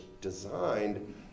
designed